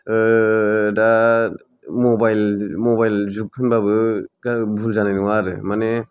ओ दा mobile mobile जुग होनबाबो ओ भुल जानाय नङा आरो माने